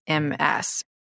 MS